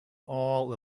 all